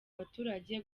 abaturage